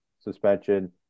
suspension